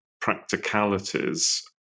practicalities